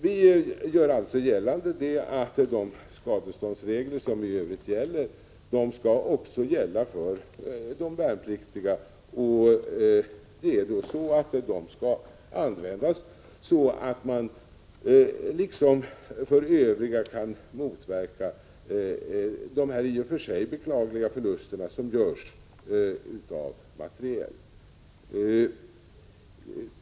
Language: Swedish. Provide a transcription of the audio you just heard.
Vi gör alltså gällande att de skadeståndsregler som i övrigt gäller också skall gälla för de värnpliktiga. De skall användas så att man liksom för övriga kan motverka de i och för sig beklagliga förlusterna av materiel som görs.